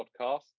podcast